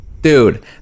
Dude